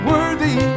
Worthy